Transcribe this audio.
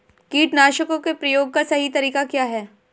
कीटनाशकों के प्रयोग का सही तरीका क्या है?